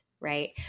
right